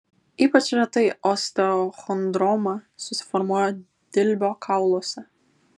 ypač retai osteochondroma susiformuoja dilbio kauluose